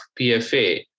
PFA